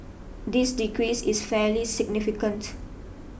this decrease is fairly significant